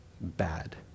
bad